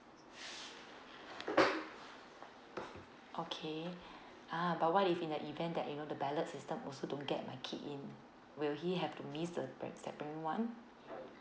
okay ah but what if in the event that you know the ballot system also don't get my kid in will he have to miss the pre~ separate one